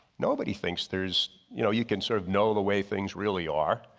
nobody thinks there's you know, you can serve no the way things really are.